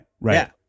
Right